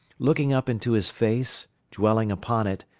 looking up into his face, dwelling upon it,